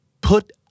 put